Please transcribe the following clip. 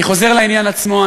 אני חוזר לעניין עצמו.